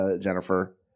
Jennifer